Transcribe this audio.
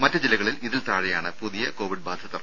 മറ്റ് ജില്ലകളിൽ ഇതിൽ താഴെയാണ് പുതിയ കോവിഡ് ബാധിതർ